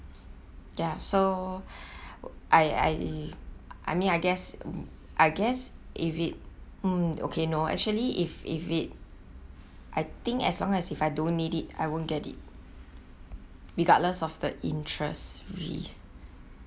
ya so I I I mean I guess I guess if it mm okay no actually if if it I think as long as if I don't need it I won't get it regardless of the interest risk